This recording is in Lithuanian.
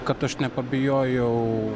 kad aš nepabijojau